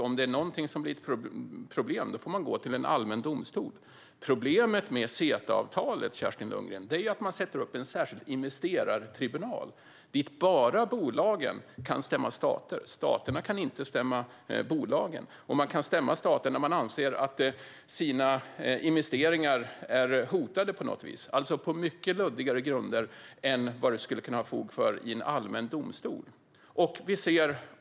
Om det blir problem med någonting får man gå till en allmän domstol. Problemet med CETA-avtalet, Kerstin Lundgren, är att man sätter upp en särskild investerartribunal där bara bolagen kan stämma stater. Staterna kan inte stämma bolagen. Bolagen kan stämma stater när de anser att deras investeringar är hotade på något sätt, alltså på mycket luddigare grunder än vad det skulle finnas fog för i en allmän domstol.